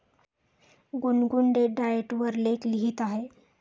गुनगुन date diet वर लेख लिहित आहे